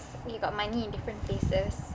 you got money in different places